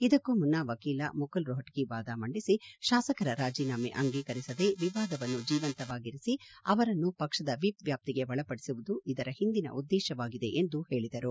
ಇದಕ್ಕೂ ಮುನ್ನ ವಕೀಲ ಮುಕುಲ್ ರೋಹಟಗಿ ವಾದ ಮಂಡಿಸಿ ಶಾಸಕರ ರಾಜೀನಾಮೆ ಅಂಗೀಕರಿಸದೆ ವಿವಾದವನ್ನು ಜೀವಂತವಾಗಿರಿಸಿ ಅವರನ್ನು ಪಕ್ಷದ ವಿಪ್ ವ್ಯಾಪ್ತಿಗೆ ಒಳಪಡಿಸುವುದು ಇದರ ಹಿಂದಿನ ಉದ್ದೇಶವಾಗಿದೆ ಎಂದು ಹೇಳಿದರು